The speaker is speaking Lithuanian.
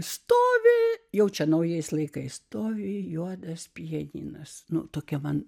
stovi jau čia naujais laikais stovi juodas pianinas nutuokia man